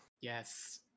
Yes